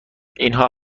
اینها